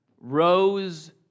rose